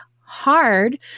hard